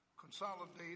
consolidate